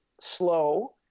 slow